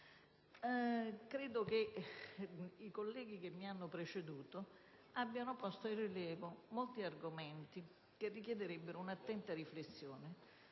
Credo che i colleghi che mi hanno preceduto abbiano posto in rilievo molti argomenti che richiederebbero un'attenta riflessione